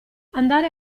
andare